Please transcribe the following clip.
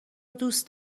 دوست